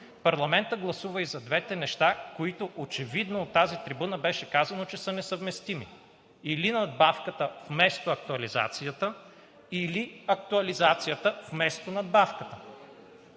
Парламентът гласува и за двете неща, за които от тази трибуна беше казано, че са несъвместими – или надбавката вместо актуализацията, или актуализацията вместо надбавката?